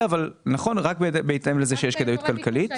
אבל נכון שרק בהתאם לזה שישנה כדאיות כלכלית.